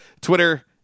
Twitter